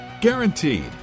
Guaranteed